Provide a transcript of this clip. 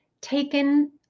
taken